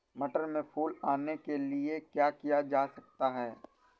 मटर में फूल आने के लिए क्या किया जा सकता है?